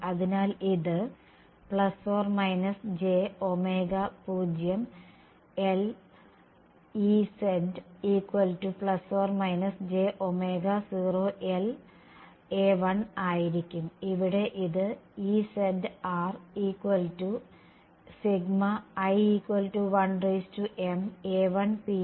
അതിനാൽ ഇത് j0lEzj0la1 ആയിരിക്കും അവിടെ Ezi1maipi